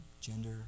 gender